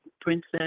Princess